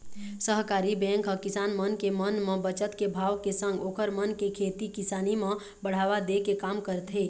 सहकारी बेंक ह किसान मन के मन म बचत के भाव के संग ओखर मन के खेती किसानी म बढ़ावा दे के काम करथे